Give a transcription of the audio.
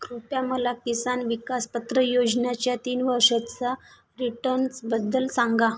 कृपया मला किसान विकास पत्र योजनाच्या तीन वर्षचा रिटन्सबद्दल सांगा